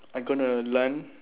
I'm gonna learn